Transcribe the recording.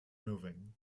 moving